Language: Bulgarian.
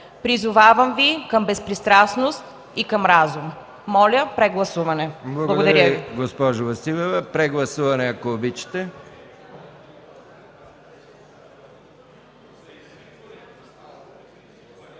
Призовавам Ви към безпристрастност и към разум. Моля, прегласуване. Благодаря Ви.